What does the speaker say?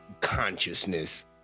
consciousness